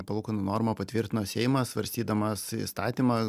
palūkanų normą patvirtino seimas svarstydamas įstatymą